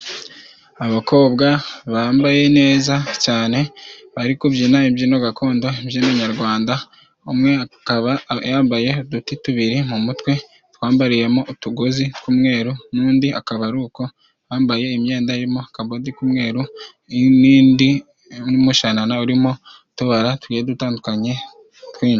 Abakobwa bambaye neza cyane bari kubyina imbyino gakondo, imbyino nyarwanda, umwe akaba yambaye uduti tubiri mu mutwe, atwambariyemo utugozi tw'umweru n'undi akaba ari uko, bambaye imyenda irimo akabodi k'umweru, n'indi, n'umushanana urimo utubara dutandukanye twinshi.